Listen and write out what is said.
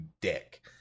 dick